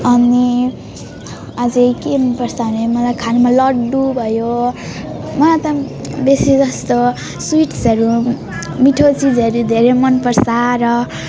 अनि अझ के मन पर्छ भने मलाई खानुमा लड्डु भयो मलाई त बेसी जस्तो स्विट्सहरू मिठो चिजहरू धेरै मन पर्छ र